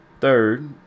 Third